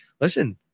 listen